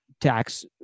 tax